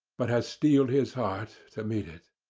but has steeled his heart to meet it.